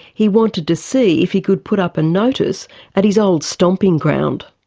he wanted to see if he could put up a notice at his old stomping ground.